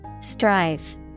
strive